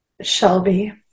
Shelby